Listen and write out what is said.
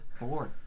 bored